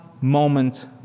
moment